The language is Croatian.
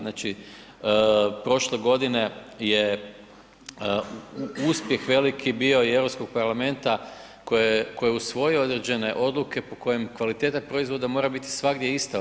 Znači prošle godine je uspjeh veliki bio i Europskog parlamenta koji je usvojio određene odluke po kojem kvaliteta proizvoda mora biti svagdje ista u EU.